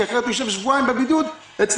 כי אחרת הוא יישב שבועיים בבידוד אצלך